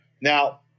Now